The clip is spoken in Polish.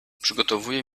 przygotowuje